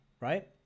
right